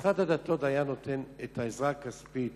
משרד הדתות היה נותן עזרה כספית